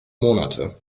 monate